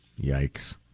Yikes